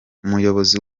umuyobozi